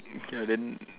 okay lah then